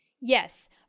Yes